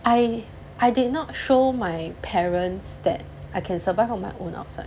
I I did not show my parents that I can survive on my own [what]